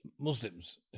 muslims